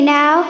now